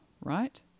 right